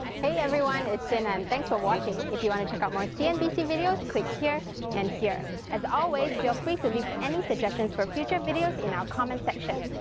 hey everyone, it's xin en. thanks for watching! if you want to check out more cnbc videos, click here and here. as always, feel free to leave any suggestions for future videos in our comments section.